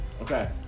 Okay